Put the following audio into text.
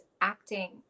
Acting